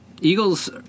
Eagles